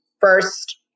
first